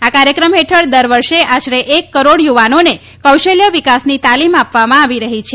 આ કાર્યક્રમ હેઠળ દર વર્ષે આશરે એક કરોડ યુવાનોને કૌશલ્ય વિકાસની તાલીમ આપવામાં આવી રહી છે